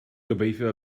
gobeithio